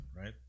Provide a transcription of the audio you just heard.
right